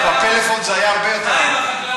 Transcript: בפלאפון זה היה הרבה יותר ארוך.